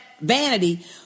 vanity